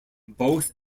both